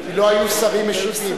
כי לא היו שרים משיבים.